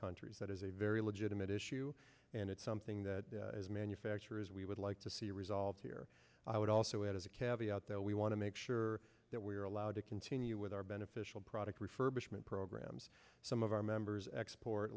countries that is a very legitimate issue and it's something that as manufacturers we would like to see resolved here i would also add as a cabbie out there we want to make sure that we are allowed to continue with our beneficial product refurbishment programs some of our members export